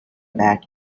back